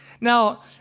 Now